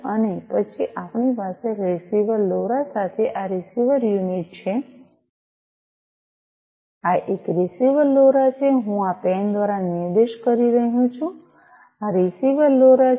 અને પછી આપણી પાસે રીસીવર લોરા સાથે આ રીસીવર યુનિટ છે આ એક આ રીસીવર લોરા છે હું આ પેન દ્વારા નિર્દેશ કરી રહ્યો છું આ રીસીવર લોરા છે